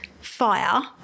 fire